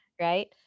Right